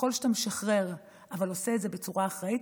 ככל שאתה משחרר אבל עושה את זה בצורה אחראית,